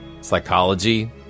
psychology